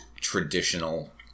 traditional